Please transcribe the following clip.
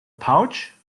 pouch